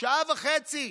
שעה וחצי